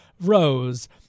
rose